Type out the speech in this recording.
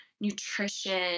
nutrition